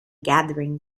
gathering